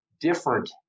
different